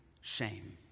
shame